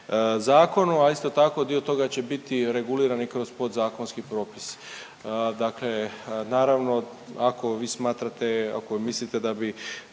zakonu, a isto tako dio toga će biti reguliran i kroz podzakonski propis. Dakle, naravno ako vi smatrate, ako mislite da bi